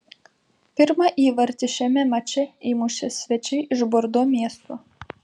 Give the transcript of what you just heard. pirmą įvartį šiame mače įmušė svečiai iš bordo miesto